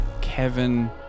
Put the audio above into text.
Kevin